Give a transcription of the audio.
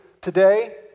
today